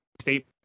state